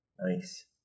Nice